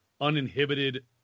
uninhibited